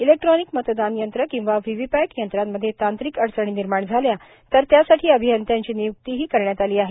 electronic मतदान यंत्र किंवा व्हीव्ही पॅट यंत्रामध्ये तांत्रिक अडचणी निर्माण झाल्या तर त्यासाठी अभियंत्यांची नियुक्तीही करण्यात आली आहे